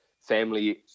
family